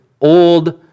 old